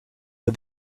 but